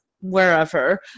wherever